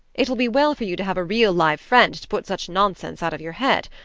it will be well for you to have a real live friend to put such nonsense out of your head.